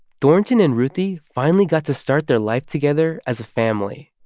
thornton and ruthie finally got to start their life together as a family.